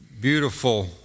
beautiful